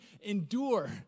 endure